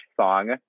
song